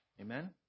Amen